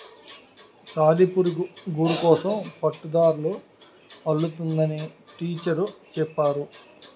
సాలిపురుగు గూడుకోసం పట్టుదారాలు అల్లుతుందని టీచరు చెప్పేరు